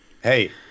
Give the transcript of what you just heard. Hey